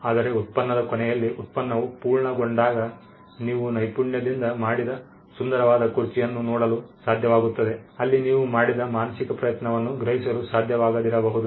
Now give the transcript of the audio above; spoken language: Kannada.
ಆದರೆ ಉತ್ಪನ್ನದ ಕೊನೆಯಲ್ಲಿ ಉತ್ಪನ್ನವು ಪೂರ್ಣಗೊಂಡಾಗ ನೀವು ನೈಪುಣ್ಯದಿಂದ ಮಾಡಿದ ಸುಂದರವಾದ ಕುರ್ಚಿಯನ್ನು ನೋಡಲು ಸಾಧ್ಯವಾಗುತ್ತದೆ ಅಲ್ಲಿ ನೀವು ಮಾಡಿದ ಮಾನಸಿಕ ಪ್ರಯತ್ನವನ್ನು ಗ್ರಹಿಸಲು ಸಾಧ್ಯವಾಗದಿರಬಹುದು